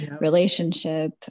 relationship